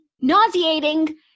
nauseating